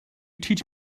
teach